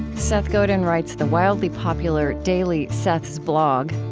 seth godin writes the wildly popular daily, seth's blog.